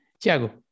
Tiago